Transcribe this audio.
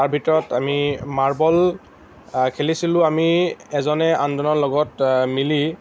তাৰ ভিতৰত আমি মাৰ্বল খেলিছিলোঁ আমি এজনে আনজনৰ লগত মিলি